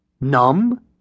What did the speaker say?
Numb